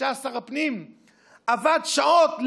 כשהיה שר הפנים עבד שעות,